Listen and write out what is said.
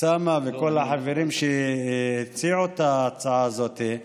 אוסאמה וכל החברים שהציעו את ההצעה הזאת,